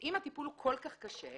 אם הטיפול הוא כל כך קשה,